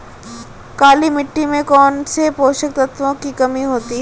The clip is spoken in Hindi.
काली मिट्टी में कौनसे पोषक तत्वों की कमी होती है?